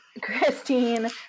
Christine